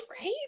Right